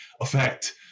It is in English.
effect